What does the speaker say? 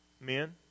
Men